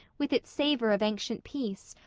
with its savor of ancient peace,